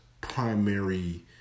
primary